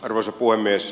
arvoisa puhemies